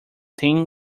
thin